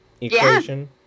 equation